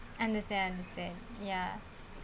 understand understand ya